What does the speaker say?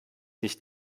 nicht